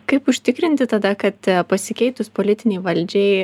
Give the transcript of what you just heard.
kaip užtikrinti tada kad pasikeitus politinei valdžiai